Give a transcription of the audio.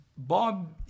Bob